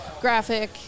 graphic